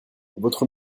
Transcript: votre